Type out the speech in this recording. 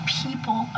people